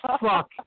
fuck